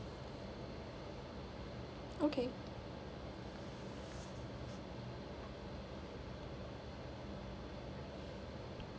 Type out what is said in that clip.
okay